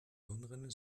hirnrinde